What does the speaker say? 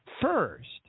first